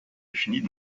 définies